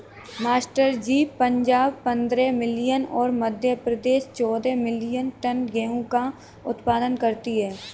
master ji Punjab पंद्रह million और मध्य प्रदेश चौदह मिलीयन टन गेहूं का उत्पादन करती है